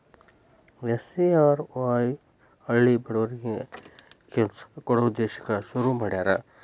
SGRY ಹಳ್ಳಿ ಬಡವರಿಗಿ ಕೆಲ್ಸ ಕೊಡ್ಸ ಉದ್ದೇಶಕ್ಕ ಶುರು ಮಾಡ್ಯಾರ